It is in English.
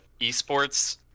esports